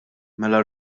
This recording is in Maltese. mela